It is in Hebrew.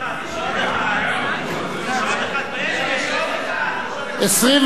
צו מס ערך מוסף (שיעור מס על מלכ"רים ומוסדות כספיים) (תיקון),